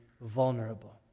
vulnerable